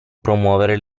promuovere